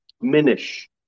Minish